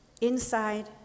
inside